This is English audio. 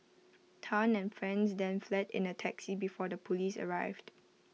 Tan and friends then fled in A taxi before the Police arrived